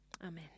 amen